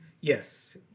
yes